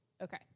okay